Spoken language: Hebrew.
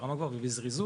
ברמה גבוהה ובזריזות,